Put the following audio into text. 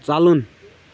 ژَلُن